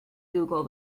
google